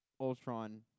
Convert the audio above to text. Ultron